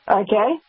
okay